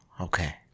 Okay